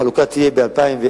החלוקה תהיה ב-2010,